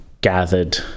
gathered